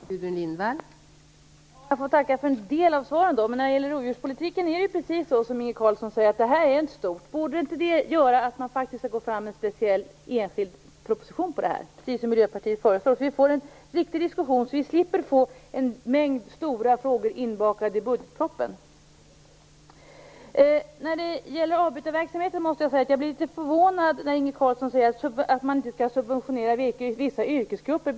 Fru talman! Jag får tacka för en del av svaren, men när det gäller rovdjurspolitiken är det ju precis så som Inge Carlsson säger. Det här är stort. Borde inte det göra att man faktiskt går fram med en speciell enskild proposition om det här? Det är vad Miljöpartiet föreslår. Då får vi en riktig diskussion, och vi slipper få en mängd stora frågor inbakade i budgetpropositionen. När det gäller avbytarverksamheten blir jag litet förvånad när Inge Carlsson säger att man inte skall subventionera vissa yrkesgrupper.